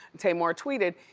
tamar tweeted,